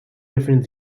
befindet